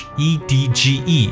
edge